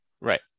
Right